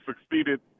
succeeded